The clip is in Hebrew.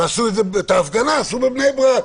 את ההפגנה עשו בבני ברק,